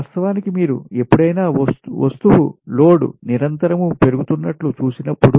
వాస్తవానికి మీరు ఎప్పుడైనా వస్తువు లోడ్ నిరంతరం పెరుగుతున్నట్లు చూసినప్పుడు